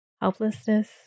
helplessness